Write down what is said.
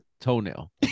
toenail